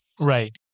Right